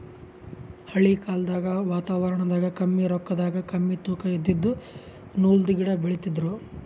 ಹಳಿ ಕಾಲ್ದಗ್ ವಾತಾವರಣದಾಗ ಕಮ್ಮಿ ರೊಕ್ಕದಾಗ್ ಕಮ್ಮಿ ತೂಕಾ ಇದಿದ್ದು ನೂಲ್ದು ಗಿಡಾ ಬೆಳಿತಿದ್ರು